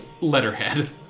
letterhead